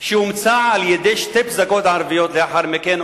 שאומצה על-ידי שתי פסגות ערביות לאחר מכן,